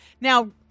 Now